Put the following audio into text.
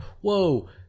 whoa